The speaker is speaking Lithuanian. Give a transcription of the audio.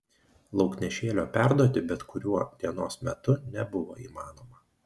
lauknešėlio perduoti bet kuriuo dienos metu nebuvo įmanoma